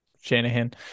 Shanahan